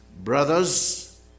brothers